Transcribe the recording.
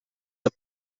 the